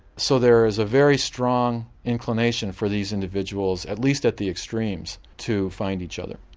so there is a very strong inclination for these individuals, at least at the extremes to find each other.